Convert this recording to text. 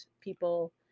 people